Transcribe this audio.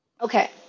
Okay